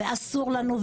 ואסור לנו,